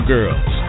Girls